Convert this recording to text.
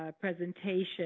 presentation